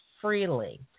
freely